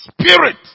spirit